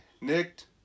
nicked